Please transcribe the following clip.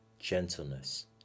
gentleness